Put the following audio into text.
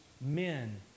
Men